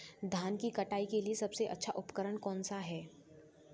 धान की कटाई के लिए सबसे अच्छा उपकरण कौन सा है?